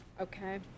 Okay